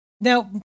Now